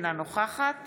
אינה נוכחת